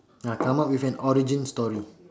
ah come up with an origin story